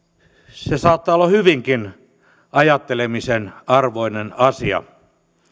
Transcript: se saattaa olla hyvinkin ajattelemisen arvoinen asia